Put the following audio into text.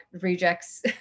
rejects